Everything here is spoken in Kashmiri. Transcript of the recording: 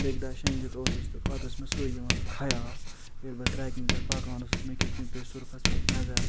بیٚکہٕ دۄہ شیٚنگِتھ اوسُس تہٕ پتہٕ اوس مےٚ سُے یِوان خیال ییٚلہِ وَل ٹرٛیکِنٛگ پٮ۪ٹھ پکان اوسُس مےٚ کِتھ کٔنۍ پے سۄرفَس پٮ۪ٹھ نظر